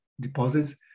deposits